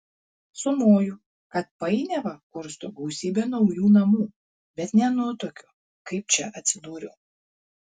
sumoju kad painiavą kursto gausybė naujų namų bet nenutuokiu kaip čia atsidūriau